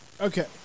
okay